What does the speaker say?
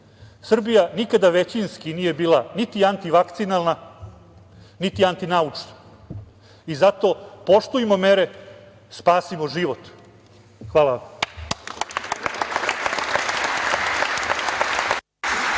Srbija nikada većinski nije bila niti antivakcinalna, niti antinaučna i zato poštujmo mere, spasimo život. Hvala.